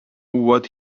what